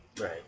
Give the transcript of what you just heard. Right